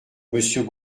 monsieur